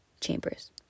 chambers